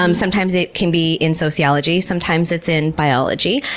um sometimes it can be in sociology, sometimes it's in biology.